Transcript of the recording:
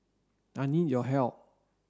I need your help